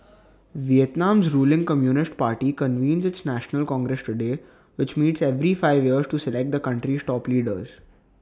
Vietnam's ruling communist party convenes its national congress today which meets every five years to select the country's top leaders